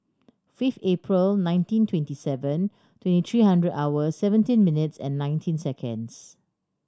fifth April nineteen twenty seven twenty three hundred hours seventeen minutes and nineteen seconds